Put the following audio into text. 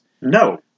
No